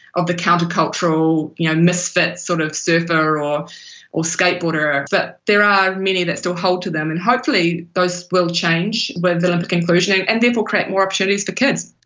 of the countercultural you know misfit sort of surfer or or skateboarder. but there are many that still hold to them, and hopefully those will change with olympic inclusion and and therefore create more opportunities for kids.